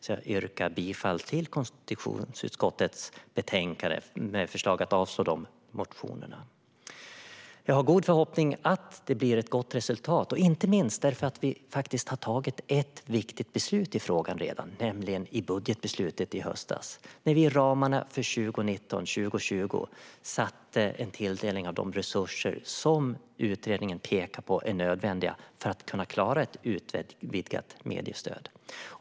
Jag yrkar därför bifall till konstitutionsutskottets förslag, där dessa motioner avstyrks. Jag har goda förhoppningar om att det blir ett gott resultat, inte minst därför att vi redan har fattat ett viktigt beslut i denna fråga, nämligen i budgetbeslutet i höstas. I ramarna för 2019-2020 gjordes en tilldelning av de resurser som utredningen pekade på är nödvändiga för att klara ett utvidgat mediestöd.